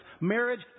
Marriage